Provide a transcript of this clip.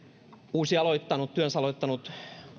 työnsä aloittanut uusi